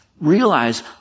realize